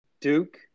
Duke